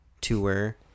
tour